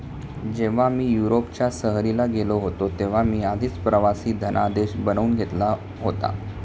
जेव्हा मी युरोपच्या सहलीला गेलो होतो तेव्हा मी आधीच प्रवासी धनादेश बनवून घेतला होता